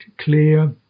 clear